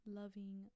loving